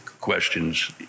questions